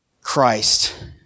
Christ